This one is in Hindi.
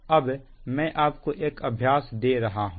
अब मैं आपको एक अभ्यास दे रहा हूं